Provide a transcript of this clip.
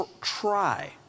try